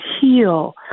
heal